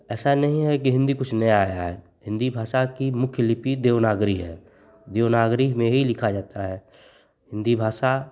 ऐसा नहीं है कि हिन्दी कुछ नई आई है हिन्दी भाषा की मुख्य लिपि देवनागरी है देवनागरी में ही लिखी जाती है हिन्दी भाषा